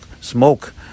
smoke